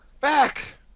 Back